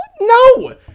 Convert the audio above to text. no